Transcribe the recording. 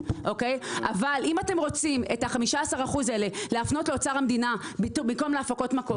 אם אתם רוצים את ה-15% האלה להפנות לאוצר המדינה במקום להפקות מקור,